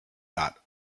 dot